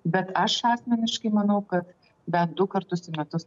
bet aš asmeniškai manau kad bent du kartus į metus